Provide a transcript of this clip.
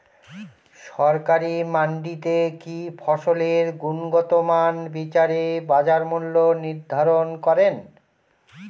সরকারি মান্ডিতে কি ফসলের গুনগতমান বিচারে বাজার মূল্য নির্ধারণ করেন?